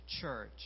church